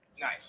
nice